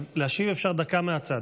אפשר להשיב דקה מהצד?